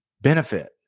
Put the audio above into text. benefit